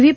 V